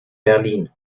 berlin